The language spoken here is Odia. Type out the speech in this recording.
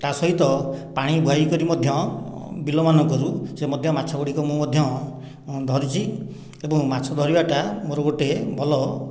ତା' ସହିତ ପାଣି ବୁହାଇକରି ମଧ୍ୟ ବିଲମାନଙ୍କରୁ ସେ ମଧ୍ୟ ମାଛ ଗୁଡିକ ମୁଁ ମଧ୍ୟ ଧରିଛି ଏବଂ ମାଛ ଧରିବାଟା ମୋର ଗୋଟେ ଭଲ